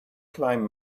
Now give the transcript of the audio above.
climb